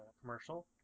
commercial